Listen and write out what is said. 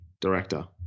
director